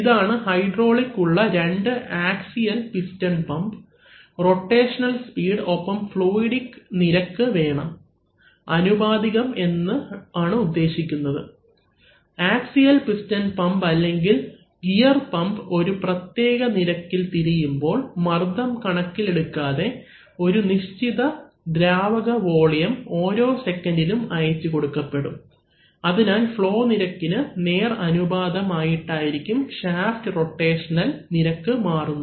ഇതാണ് ഹൈഡ്രോളിക് ഉള്ള രണ്ട് axial piston pump rotational speed ഒപ്പം ഫ്ലൂയിഡിക് നിരക്ക് വേണം ആനുപാതികം എന്ന് ഉദ്ദേശിക്കുന്നത് ആക്സിയൽ പിസ്റ്റൺ പമ്പ് അല്ലെങ്കിൽ ഗിയർ പമ്പ് ഒരു പ്രത്യേക നിരക്കിൽ തിരിയുമ്പോൾ മർദ്ദം കണക്കിലെടുക്കാതെ ഒരു നിശ്ചിത ദ്രാവക വോളിയം ഓരോ സെക്കൻഡിലും അയച്ചു കൊടുക്കപ്പെടും അതിനാൽ ഫ്ളോ നിരക്കിന് നേർ അനുപാതം ആയിട്ടായിരിക്കും ഷാഫ്റ്റ് റൊട്ടേഷണൽ നിരക്ക് മാറുന്നത്